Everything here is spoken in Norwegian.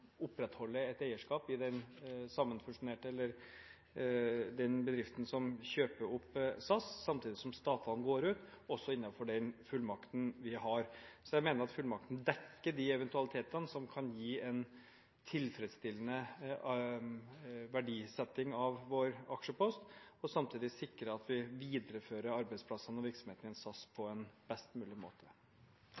opprettholde et eierskap i den bedriften som kjøper opp SAS, samtidig som statene går ut, også innenfor den fullmakten vi har. Så jeg mener at den fullmakten dekker de eventualitetene som kan gi en tilfredsstillende verdisetting av vår aksjepost, og samtidig sikrer at vi viderefører arbeidsplassene og virksomheten i SAS på